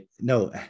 no